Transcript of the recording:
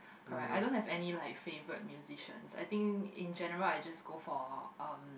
correct I don't have any like favorite musicians I think in general I just go for um